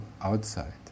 outside